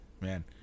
man